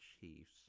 Chiefs